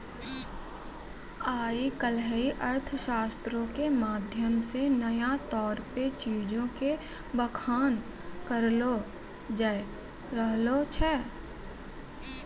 आइ काल्हि अर्थशास्त्रो के माध्यम से नया तौर पे चीजो के बखान करलो जाय रहलो छै